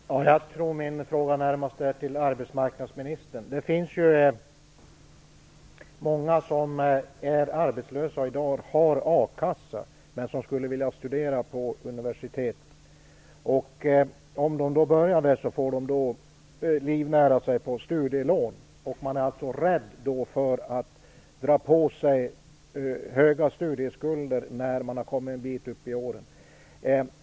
Fru talman! Jag tror att min fråga närmast är till arbetsmarknadsministern. Det finns många som är arbetslösa och i dag har a-kassa men som skulle vilja studera på universitet. Om de börjar där får de livnära sig på studielån. De är rädda för att dra på sig höga studieskulder när de har kommit en bit upp i åren.